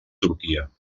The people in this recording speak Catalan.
turquia